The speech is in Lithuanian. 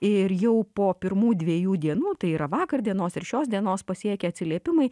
ir jau po pirmų dviejų dienų tai yra vakar dienos ir šios dienos pasiekė atsiliepimai